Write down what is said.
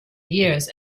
years